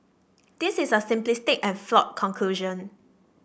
this is a simplistic and flawed conclusion